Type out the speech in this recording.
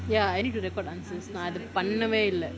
ya I need to answers நான் இத பண்ணவே இல்ல:naan itha panavae illa